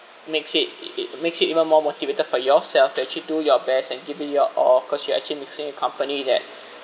makes it it it makes it even more motivated for yourself that you do your best and giving your all cause you actually mixing with company that